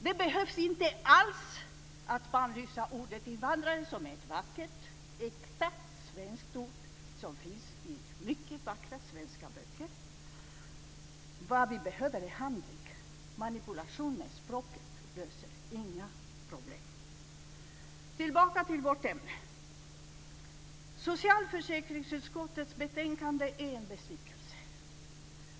Man behöver inte alls bannlysa ordet invandrare som är ett vackert, äkta svenskt ord som finns i många vackra svenska böcker. Vad vi behöver är handling. Manipulation med språket löser inga problem. Tillbaka till vårt ämne. Socialförsäkringsutskottets betänkande är en besvikelse.